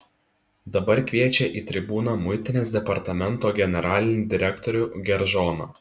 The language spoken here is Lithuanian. dabar kviečia į tribūną muitinės departamento generalinį direktorių geržoną